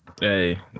Hey